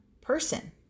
person